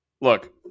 Look